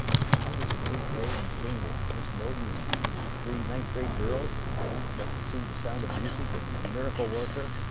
and i was in eighth grade and came with ms. bowden and three ninth grade girls and we went to see the sound of music and miracle worker.